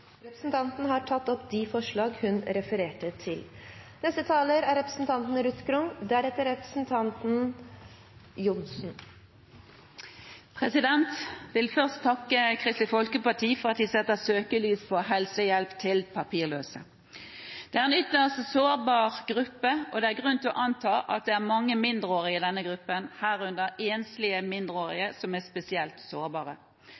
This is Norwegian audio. Representanten Kjersti Toppe har tatt opp de forslagene hun refererte til. Jeg vil først takke Kristelig Folkeparti for at de setter søkelyset på helsehjelp til papirløse. Det er en ytterst sårbar gruppe, og det er grunn til å anta at det er mange mindreårige i denne gruppen, herunder enslige mindreårige, som er spesielt sårbare.